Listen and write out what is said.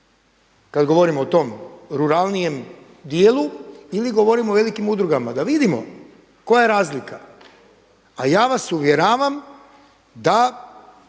kada govorimo o tom ruralnijem dijelu ili govorimo o velikim udrugama, da vidimo koja je razlika. A ja vas uvjeravam da